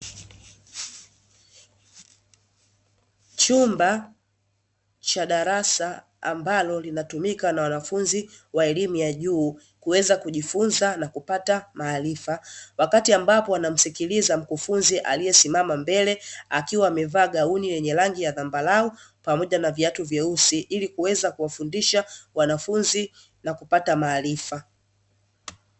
Chumba cha darasa ambalo linatumika na wanafunzi wa elimu ya juu kuweza kujifunza na kupata maarifa, wakati ambapo wanamsikiliza mkufunzi aliyesimama mbele akiwa amevaa gauni yenye rangi ya zambarau pamoja na viatu vyeusi, ili kuweza kuwafundisha wanafunzi na kupata maarifa.